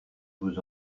vous